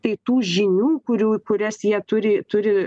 tai tų žinių kurių į kurias jie turi turi